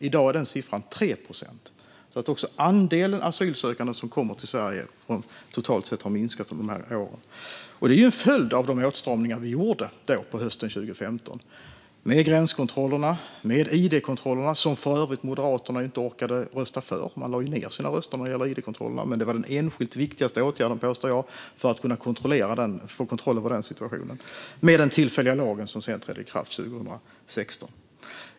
I dag är den siffran 3 procent. Andelen asylsökande som kommer till Sverige har alltså totalt sett minskat under de här åren. Det är en följd av de åtstramningar vi gjorde hösten 2015, med gränskontrollerna och med id-kontrollerna, som Moderaterna för övrigt inte orkade rösta för. Man lade ned sina röster när det gällde id-kontrollerna. Men jag påstår att det var en av de viktigaste åtgärderna för att få kontroll över den situationen, tillsammans med den tillfälliga lag som trädde i kraft 2016.